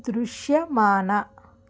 దృశ్యమాన